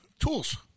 Tools